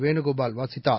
வேனுகோபால் வாசித்தார்